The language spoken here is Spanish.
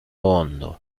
hondo